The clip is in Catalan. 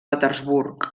petersburg